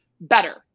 better